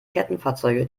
kettenfahrzeuge